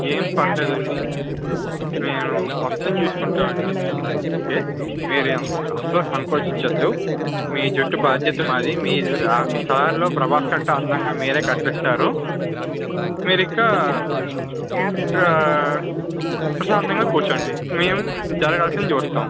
ఏం పర్లేదు అండి నేను మొత్తం చూసుకుంటాము అండి మేము ఉన్నది అందుకే మీరు అసలు సంకోచించవద్దు మీ జుట్టు బాధ్యత మాది అ సలార్లో ప్రభాస్ కంటే అందంగా మీరే కనిపిస్తారు మీరు ఇంకా ప్రశాంతంగా కూర్చోండి మేము జరగాల్సింది చూస్తాము